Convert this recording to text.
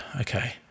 okay